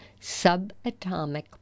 subatomic